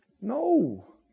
no